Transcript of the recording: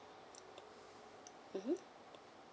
(uh huh)